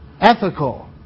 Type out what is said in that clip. Ethical